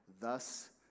Thus